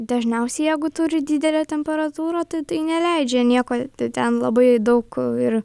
dažniausiai jeigu turi didelę temperatūrą tai tai neleidžia nieko ten labai daug ir